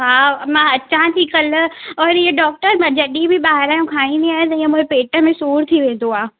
हा मां अचां थी कल्हि और हीअ डॉक्टर मां जॾहिं बि ॿाहिरां जो खाईंदी आहियां मुंहिंजे पेट में सूरु थी वेंदो आहे